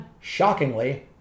shockingly